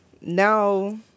Now